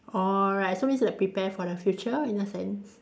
alright so means like prepare for the future in a sense